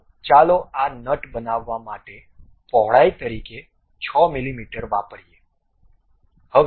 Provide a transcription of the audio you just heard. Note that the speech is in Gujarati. તો ચાલો આ નટ બનાવા માટે પહોળાઈ તરીકે 6 મીમી વાપરીએ